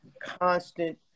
constant